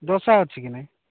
ଦୋସା ଅଛି କି ନାହିଁ